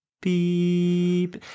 beep